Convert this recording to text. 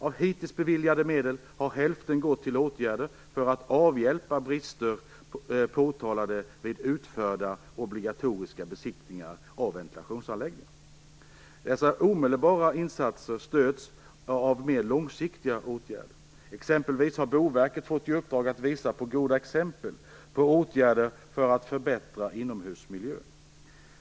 Av hittills beviljade medel har hälften gått till åtgärder för att avhjälpa brister påtalade vid utförda obligatoriska besiktningar av ventilationsanläggningar. Dessa omedelbara insatser stöds av mer långsiktiga åtgärder. Exempelvis har Boverket fått i uppdrag att visa på goda exempel på åtgärder för att förbättra inomhusmiljön.